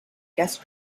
guest